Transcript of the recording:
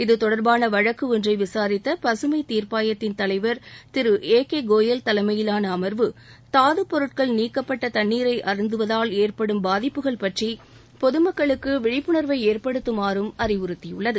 இதுதொடர்பான வழக்கு ஒன்றை விசாரித்த பசுமை தீர்ப்பாயத்தின் தலைவர் திரு ஏ கே கோயல் தலைமையிலான அம்வு தாதுப் பொருட்கள் நீக்கப்பட்ட தண்ணீரை அருந்துவதால் ஏற்படும் பாதிப்புகள் பற்றி பொதுமக்களுக்கு விழிப்புணர்வை ஏற்படுத்துமாறும் அறிவுறுத்தியுள்ளது